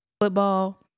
football